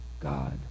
God